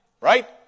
Right